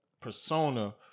persona